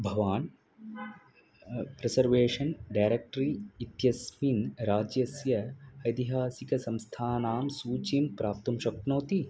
भवान् preservation directory इत्यस्मिन् राज्यस्य ऐतिहासिकसंस्थानां सूचिं प्राप्तुं शक्नोति